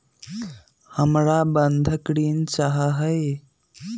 हमरा बंधक ऋण चाहा हई